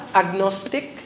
agnostic